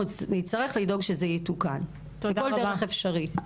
אנחנו נצטרך לדאוג שזה יתוקן בכל דרך אפשרית.